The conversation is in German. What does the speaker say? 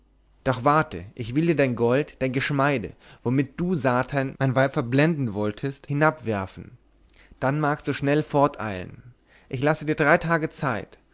doch warte ich will dir dein gold dein geschmeide womit du satan mein weib verblenden wolltest hinabwerfen dann magst du schnell forteilen ich lasse dir drei tage zeit